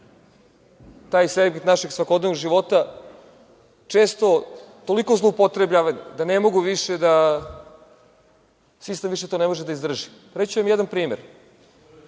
taj segment našeg svakodnevnog života često toliko zloupotrebljavan da ne mogu više, da sistem ne može više to da izdrži. Reći ću vam jedan primer.